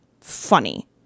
funny